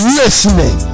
listening